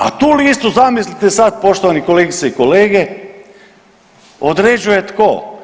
A tu listu zamislite sad poštovane kolegice i kolege, određuje tko?